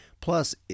Plus